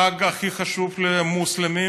החג הכי חשוב למוסלמים,